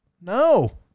No